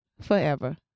forever